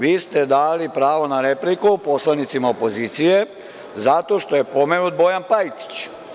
Vi ste dali pravo na repliku poslanicima opozicije zato što je pomenut Bojan Pajtić.